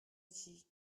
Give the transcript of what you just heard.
ici